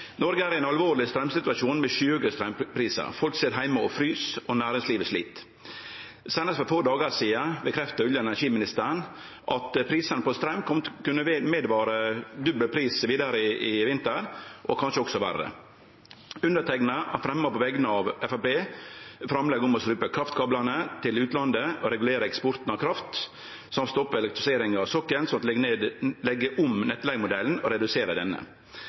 Noreg er i ein alvorleg straumsituasjon, med skyhøge straumprisar. Folk sit heime og frys, og næringslivet slit. Seinast for få dagar sidan bekrefta olje- og energiministeren at prisane på straum kunne vare ved, med dobbel pris vidare i vinter og kanskje også verre. Underteikna har på vegner av Framstegspartiet gjort framlegg om å stanse kraftkablane til utlandet, regulere eksporten av kraft, stoppe elektrifiseringa av